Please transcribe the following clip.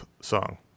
song